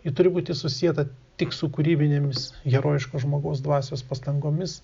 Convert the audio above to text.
ji turi būti susieta tik su kūrybinėmis herojiško žmogaus dvasios pastangomis